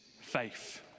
faith